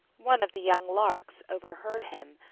one of the young larks overheard him,